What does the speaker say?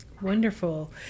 Wonderful